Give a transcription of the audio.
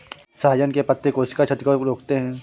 सहजन के पत्ते कोशिका क्षति को रोकते हैं